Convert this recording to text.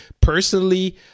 personally